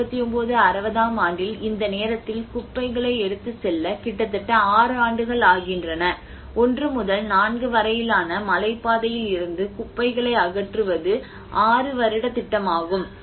1959 60 ஆம் ஆண்டில் இந்த நேரத்தில் குப்பைகளை எடுத்துச் செல்ல கிட்டத்தட்ட 6 ஆண்டுகள் ஆகின்றன 1 முதல் 4 வரையிலான மலைப்பாதையில் இருந்து குப்பைகளை அகற்றுவது ஆறு வருட திட்டமாகும்